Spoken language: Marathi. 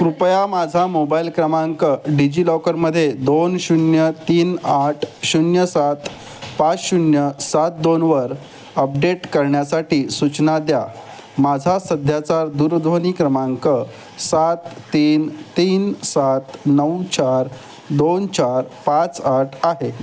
कृपया माझा मोबाईल क्रमांक डिजिलॉकरमध्ये दोन शून्य तीन आठ शून्य सात पाच शून्य सात दोनवर अपडेट करण्यासाठी सूचना द्या माझा सध्याचा दूरध्वनी क्रमांक सात तीन तीन सात नऊ चार दोन चार पाच आठ आहे